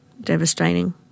devastating